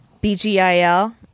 B-G-I-L